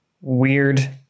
weird